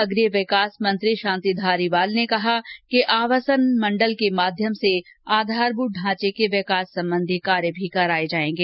नगरीय विकास मंत्री शांति धारीवाल ने कहा कि आवासन मंडल के माध्यम से आधरभूत ढांचे के विकास संबंधी कार्य भी कराये जाएंगे